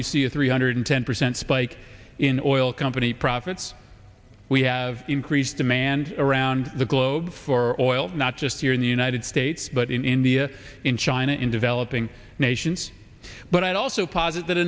you see a three hundred ten percent spike in oil company profits we have increased demand around the globe for oil not just here in the united states but in india in china in developing nations but i also posit tha